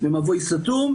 "מבוי סתום",